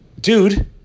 dude